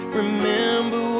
remember